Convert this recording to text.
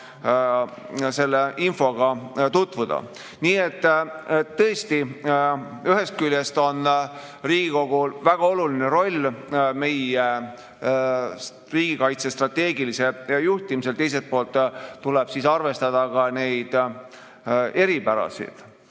selle infoga tutvuda. Nii et tõesti, ühest küljest on Riigikogul väga oluline roll meie riigikaitse strateegilisel juhtimisel, teiselt poolt tuleb arvestada ka neid eripärasid.